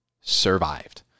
Survived